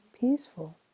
peaceful